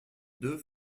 deux